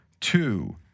Two